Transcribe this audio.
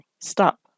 stop